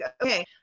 okay